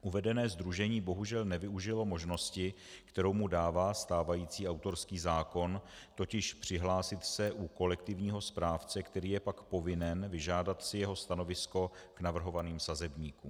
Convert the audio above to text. Uvedené sdružení bohužel nevyužilo možnosti, kterou mu dává stávající autorský zákon, totiž přihlásit se u kolektivního správce, který je pak povinen vyžádat si jeho stanovisko k navrhovaným sazebníkům.